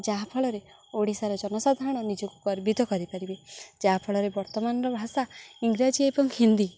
ଯାହାଫଳରେ ଓଡ଼ିଶାର ଜନସାଧାରଣ ନିଜକୁ ଗର୍ବିତ କରିପାରିବେ ଯାହାଫଳରେ ବର୍ତ୍ତମାନର ଭାଷା ଇଂରାଜୀ ଏବଂ ହିନ୍ଦୀ